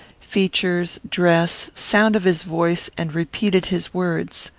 features, dress, sound of his voice, and repeated his words.